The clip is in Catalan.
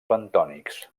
bentònics